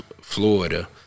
Florida